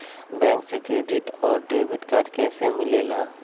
Bank से credit और debit card कैसी मिलेला?